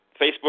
Facebook